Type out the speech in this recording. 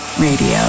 Radio